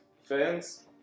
fans